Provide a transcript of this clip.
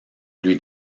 lui